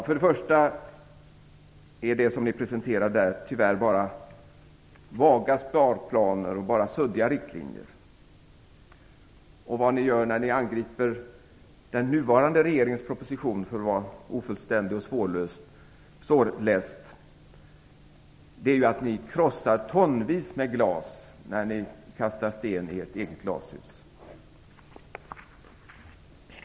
För det första är det som ni presenterar där tyvärr bara vaga sparplaner och suddiga riktlinjer. När ni angriper den nuvarande regeringens proposition för att vara ofullständig och svårläst krossar ni tonvis med glas genom att kasta sten i ert eget glashus.